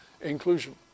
inclusion